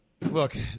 Look